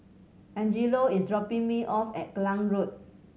Angelo is dropping me off at Klang Road